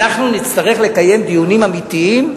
אנחנו נצטרך לקיים דיונים אמיתיים,